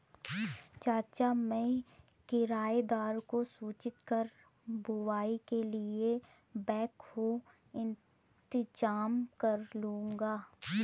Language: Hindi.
चाचा मैं किराएदार को सूचित कर बुवाई के लिए बैकहो इंतजाम करलूंगा